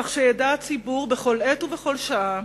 כדי שידע הציבור בכל עת ובכל שעה,